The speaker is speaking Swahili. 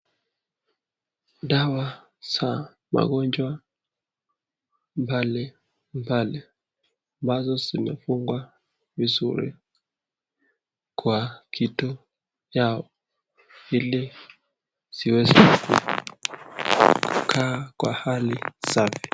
Dawa za magonjwa mbali mbali, ambazo zimefungwa vizuri kwa kitu yao ili ziweze kukaa kwa hali safi.